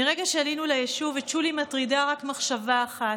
מרגע שעלינו ליישוב את שולי מטרידה רק מחשבה אחת: